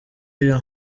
you